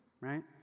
Right